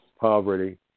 poverty